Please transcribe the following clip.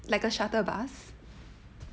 like a shuttle bus